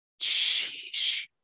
Sheesh